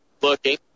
looking